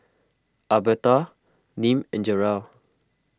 Albertha Nim and Jerrell